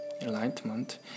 enlightenment